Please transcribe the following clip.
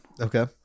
Okay